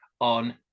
on